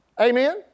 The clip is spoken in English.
Amen